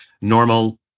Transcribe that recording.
normal